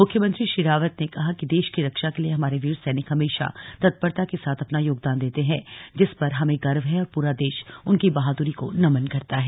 मुख्यमंत्री श्री रावत ने कहा कि देश की रक्षा के लिए हमारे वीर सैनिक हमेशा तत्परता के साथ अपना योगदान देते हैं जिस पर हमें गर्व है और पूरा देश उनकी बहादुरी को नमन करता है